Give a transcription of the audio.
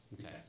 Okay